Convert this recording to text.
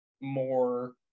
more